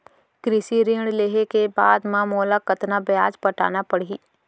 कृषि ऋण लेहे के बाद म मोला कतना ब्याज पटाना पड़ही?